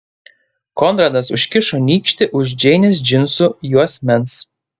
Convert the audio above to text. konradas užkišo nykštį už džeinės džinsų juosmens